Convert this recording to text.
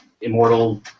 immortal